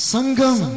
Sangam